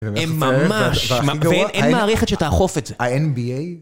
הם ממש... אין מערכת שתאכוף את זה. ה-NBA?